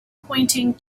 pointing